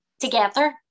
together